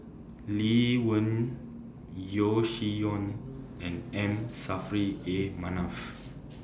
Lee Wen Yeo Shih Yun and M Saffri A Manaf